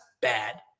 bad